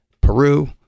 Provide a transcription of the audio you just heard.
peru